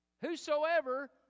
Whosoever